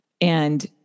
And-